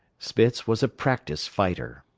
spitz was a practised fighter.